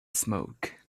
smoke